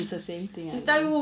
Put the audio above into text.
it's the same thing